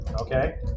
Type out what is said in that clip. Okay